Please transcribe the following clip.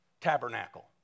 tabernacle